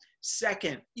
second